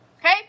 Okay